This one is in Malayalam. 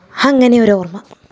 അങ്ങനെയൊരോർമ